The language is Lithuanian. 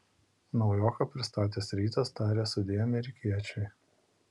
naujoką pristatęs rytas taria sudie amerikiečiui